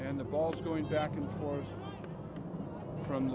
and the ball is going back and forth from